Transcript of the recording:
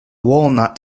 walnut